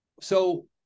So-